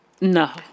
No